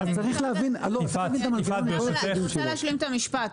אני רוצה להשלים את המשפט.